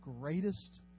greatest